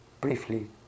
briefly